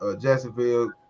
Jacksonville